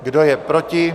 Kdo je proti?